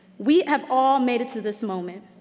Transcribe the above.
we have all made it to this moment,